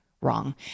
Wrong